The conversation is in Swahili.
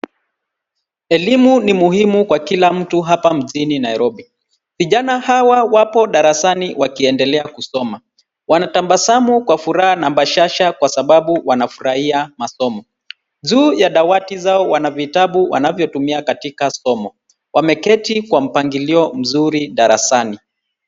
Elimu ni muhimu kwa kila mtu hapa mjini Nairobi. Vijana hawa wapo darasani wakiendelea kusoma. Wanatabasamu kwa furaha na bashasha kwa sababu wanafurahia masomo. Juu ya dawati zao wana vitabu wanavyotumia katika somo. Wameketi kwa mpangilio mzuri darasani.